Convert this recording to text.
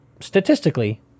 statistically